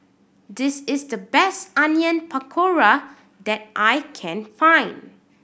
this is the best Onion Pakora that I can find